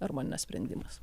arba nesprendimas